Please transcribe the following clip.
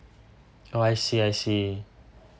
oh I see I see